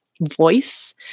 voice